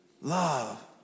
love